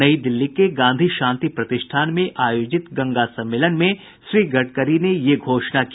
नई दिल्ली के गांधी शांति प्रतिष्ठान में आयोजित गंगा सम्मेलन में श्री गडकरी ने ये घोषणा की